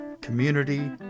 Community